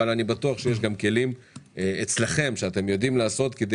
אבל אני בטוח שיש גם כלים אצלכם שאתם יודעים לעשות כדי